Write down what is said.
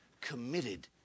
committed